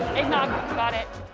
eggnog, got it!